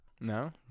No